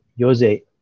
Jose